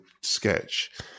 sketch